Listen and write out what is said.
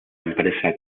empresa